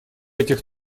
этих